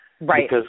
Right